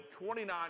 29